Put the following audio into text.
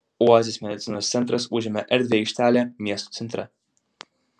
oazės medicinos centras užėmė erdvią aikštelę miesto centre